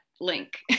link